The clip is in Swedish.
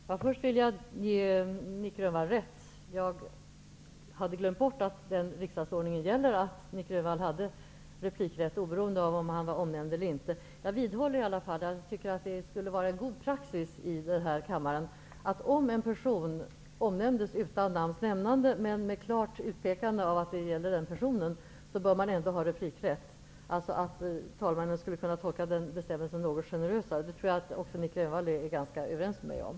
Herr talman! Först vill jag ge Nic Grönvall rätt. Jag hade glömt att Nic Grönvall enligt den ordning som gäller hade replikrätt oberoende av om han var omnämnd eller inte. Jag vidhåller emellertid att vi borde ha den debattordningen här i kammaren att om en ledamot klart åsyftas utan att namnet nämns, så skall den ledamoten ha rätt till replik. Jag anser alltså att talmannen borde kunna tolka gällande regler litet mer generöst. Det tror jag att Nic Grönvall kan vara överens med mig om.